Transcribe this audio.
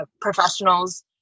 professionals